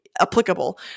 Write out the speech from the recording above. applicable